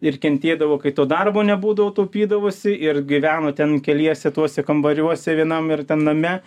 ir kentėdavo kai to darbo nebūdavo taupydavosi ir gyveno ten keliese tuose kambariuose vienam ar ten name